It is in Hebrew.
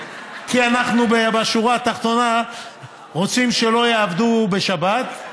כי אנחנו בשורה התחתונה רוצים שלא יעבדו בשבת.